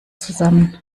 zusammen